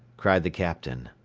cried the captain.